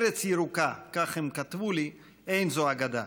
ארץ ירוקה, כך הם כתבו לי, אין זו אגדה.